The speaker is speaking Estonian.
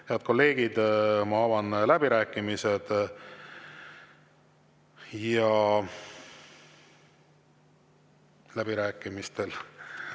head kolleegid, ma avan läbirääkimised. Läbirääkimistel